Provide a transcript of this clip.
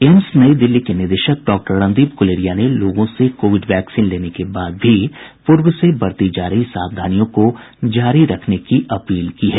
AIIMS New Delhi के निदेशक doctor Randeep Guleria ने लोगों से कोविड वैक्सीन लेने के बाद भी पूर्व से बरती जा रही सावधानियों को जारी रखने की अपील की है